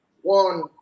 One